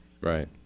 right